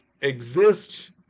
exist